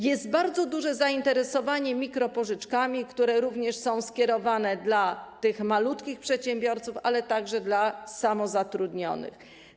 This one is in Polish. Jest bardzo duże zainteresowanie mikropożyczkami, które również są skierowane do tych malutkich przedsiębiorców, ale także do samozatrudnionych.